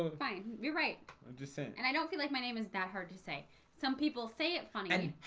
um yeah right i'm just saying and i don't feel like my name is that hard to say some people say it funny